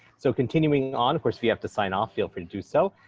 so continuing on, of course, if you have to sign off, feel free to do so.